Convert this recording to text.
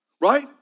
right